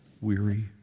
weary